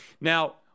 now